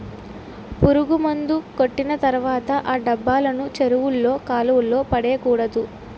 పురుగుమందు కొట్టిన తర్వాత ఆ డబ్బాలను చెరువుల్లో కాలువల్లో పడేకూడదు